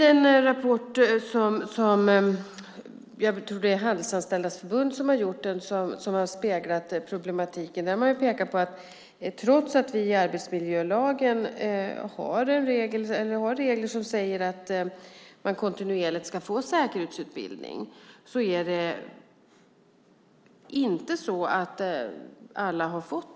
En rapport som jag tror att Handelsanställdas förbund har gjort speglar problematiken. Den pekar på att trots att vi i arbetsmiljölagen har regler som säger att man kontinuerligt ska få säkerhetsutbildning har inte alla fått det den senaste tiden.